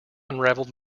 unraveled